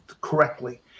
correctly